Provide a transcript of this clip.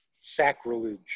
sacrilege